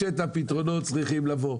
אתה מכיר אותם.